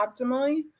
optimally